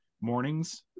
mornings